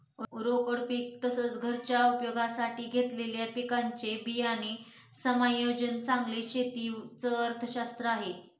रोकड पीक तसेच, घरच्या उपयोगासाठी घेतलेल्या पिकांचे बियाणे समायोजन चांगली शेती च अर्थशास्त्र आहे